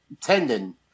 tendon